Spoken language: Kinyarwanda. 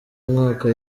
umwaka